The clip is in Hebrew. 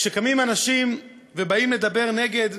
כשקמים אנשים ובאים לדבר נגד,